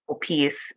piece